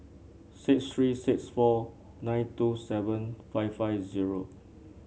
six three six four nine two seven five five zero